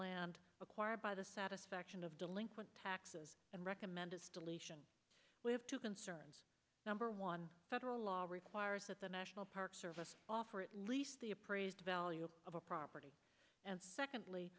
land acquired by the satisfaction of delinquent taxes and recommended we have two concerns number one federal law requires that the national park service offer at least the appraised value of a property and secondly